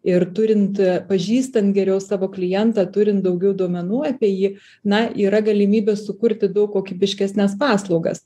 ir turint pažįstant geriau savo klientą turint daugiau duomenų apie jį na yra galimybė sukurti daug kokybiškesnes paslaugas